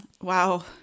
wow